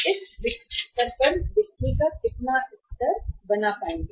तो इस स्तर पर बिक्री का कितना स्तर बना पाएंगे